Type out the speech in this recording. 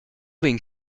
vegn